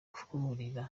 kurira